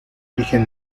origen